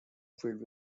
filled